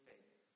faith